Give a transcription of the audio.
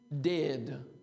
dead